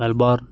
Melbourne